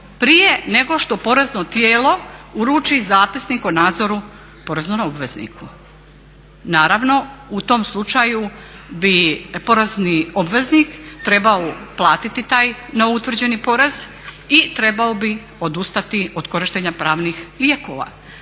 prije nego što porezno tijelo uruči Zapisnik o nadzoru poreznom obvezniku. Naravno u tom slučaju bi porezni obveznik trebao platiti taj neutvrđeni porez i trebao bi odustati od korištenja pravnih lijekova,